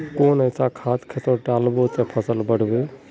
कुन ऐसा खाद खेतोत डालबो ते फसल बढ़बे?